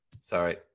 sorry